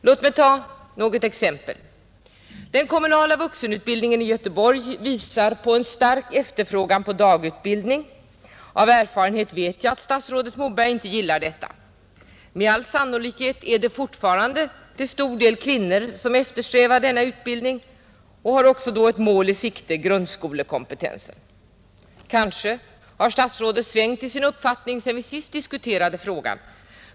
Låt mig ta något exempel. Den kommunala vuxenutbildningen i Göteborg visar på en stark efterfrågan på dagutbildning — av erfarenhet vet jag att statsrådet Moberg inte gillar detta. Med all sannolikhet är det fortfarande till stor del kvinnor som eftersträvar denna utbildning, och de har då också ett mål i sikte: grundskolekompetens. Kanske har statsrådet svängt i sin uppfattning sedan vi senast diskuterade frågan.